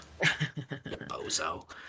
Bozo